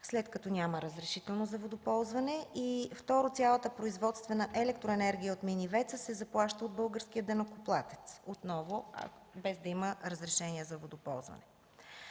след като няма разрешително за водоползване? Второ, цялата производствена електроенергия от мини ВЕЦ-а се заплаща от българския данъкоплатец – отново без да има разрешение за водоползване.